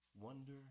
Wonder